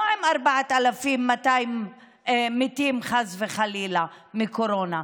לא עם 4,200 מתים מקורונה,